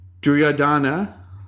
Duryodhana